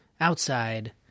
outside